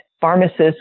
pharmacists